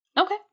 Okay